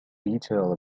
detail